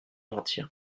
mentir